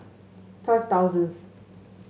five thousandth